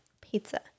Pizza